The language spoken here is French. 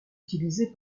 utilisé